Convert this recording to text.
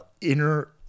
inner